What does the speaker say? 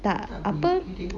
tak apa